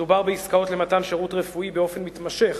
מדובר בעסקאות למתן שירות רפואי באופן מתמשך,